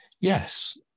Yes